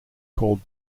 called